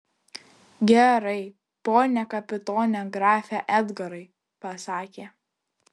gerai pone kapitone grafe edgarai pasakė